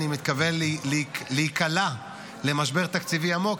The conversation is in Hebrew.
אני מתכוון להיקלע למשבר תקציבי עמוק,